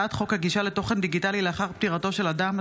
הצעת חוק הגישה לתוכן דיגיטלי לאחר פטירתו של אדם,